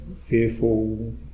fearful